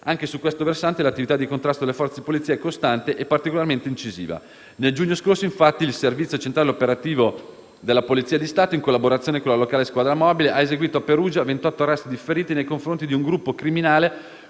Anche su questo versante l'attività di contrasto delle Forze di polizia è costante e particolarmente incisiva: nel giugno scorso infatti il servizio centrale operativo della Polizia di Stato, in collaborazione con la locale squadra mobile, ha eseguito a Perugia 28 arresti differiti nei confronti di un gruppo criminale